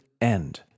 end